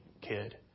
kid